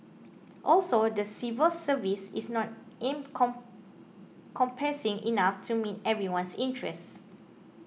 also the civil service is not an come compassing enough to meet everyone's interests